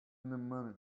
money